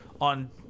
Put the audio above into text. on